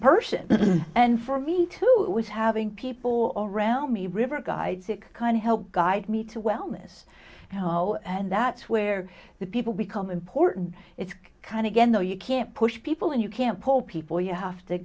person and for me to always having people around me river guide six kind of helped guide me to wellness you know and that's where the people become important it's kind again though you can't push people and you can't pull people you have to